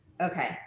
okay